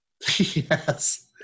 Yes